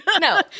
No